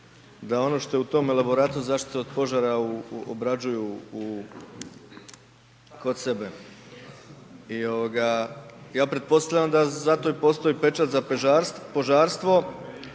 da ono što je u tom elaboratu zaštite od požara, obrađuju u kod sebe i ja pretpostavljam da zato i postoji pečat za požarstvo